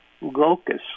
locus